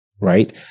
right